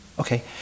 Okay